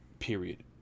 period